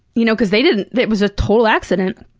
you know cause they didn't it was a total accident.